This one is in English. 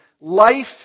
life